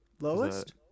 Lowest